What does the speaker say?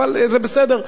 אבל זה בסדר.